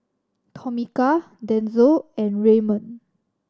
Tomika Denzil and Raymond